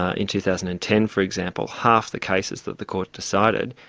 ah in two thousand and ten, for example, half the cases that the court decided,